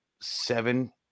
seven